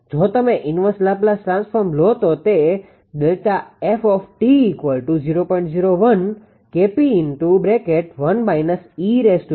જો તમે inverse Laplace transform લો તો તે છે